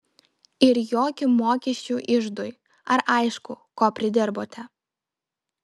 ir jokių mokesčių iždui ar aišku ko pridirbote